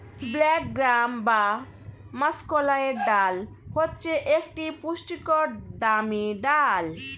black gram বা মাষকলাইয়ের ডাল হচ্ছে একটি পুষ্টিকর দামি ডাল